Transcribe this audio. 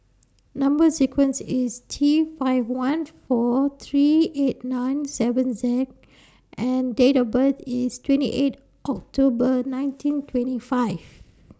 Number sequence IS T five one four three eight nine seven Z and Date of birth IS twenty eight October nineteen twenty five